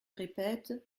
répète